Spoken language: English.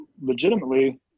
legitimately